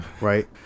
right